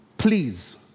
Please